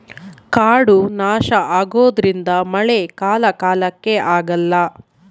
ಕಾಡು ನಾಶ ಆಗೋದ್ರಿಂದ ಮಳೆ ಕಾಲ ಕಾಲಕ್ಕೆ ಆಗಲ್ಲ